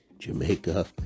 Jamaica